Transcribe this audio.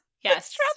Yes